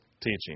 Teaching